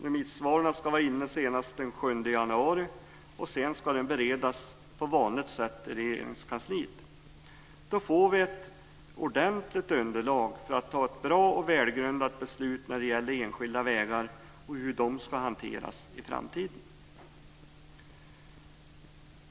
Remissvaren ska vara inne senast den 7 januari, och sedan ska detta beredas på vanligt sätt i Regeringskansliet. Då får vi ett ordentligt underlag för att kunna fatta ett beslut som är bra och välgrundat när det gäller enskilda vägar och hur de ska hanteras i framtiden.